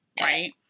right